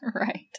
Right